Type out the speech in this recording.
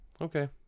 okay